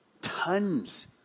tons